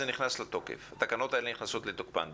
התקנות האלה נכנסות לתוקפן.